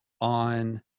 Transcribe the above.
on